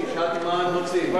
רק